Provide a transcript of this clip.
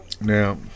Now